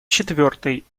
четвертый